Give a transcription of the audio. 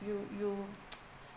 you you